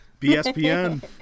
bspn